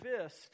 fist